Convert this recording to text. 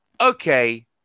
okay